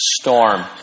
storm